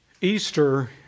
Easter